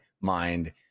mind